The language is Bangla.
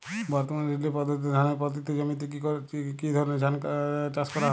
বর্তমানে রিলে পদ্ধতিতে ধানের পতিত জমিতে কী ধরনের চাষ করা হয়?